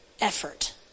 effort